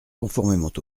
conformément